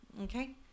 okay